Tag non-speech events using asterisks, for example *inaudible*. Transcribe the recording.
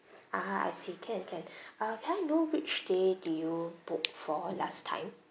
ah ha I see can can *breath* uh can I know which day do you book for last time